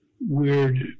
weird